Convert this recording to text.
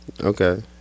Okay